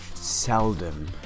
seldom